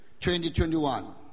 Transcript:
2021